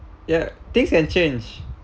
ya things can change